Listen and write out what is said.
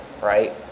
right